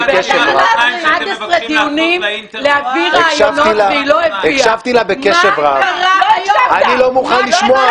אבל איך אני יכולה לשקול את העמדה שלי בלי שאנחנו שומעים?